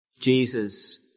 Jesus